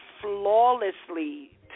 flawlessly